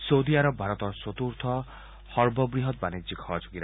ছেডি ভাৰতৰ চতূৰ্থ সৰ্ববৃহৎ বাণিজ্যিক সহযোগী